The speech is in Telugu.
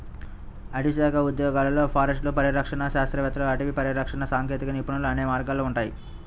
అటవీశాఖ ఉద్యోగాలలో ఫారెస్టర్లు, పరిరక్షణ శాస్త్రవేత్తలు, అటవీ పరిరక్షణ సాంకేతిక నిపుణులు అనే వర్గాలు ఉంటాయి